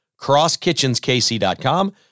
CrossKitchensKC.com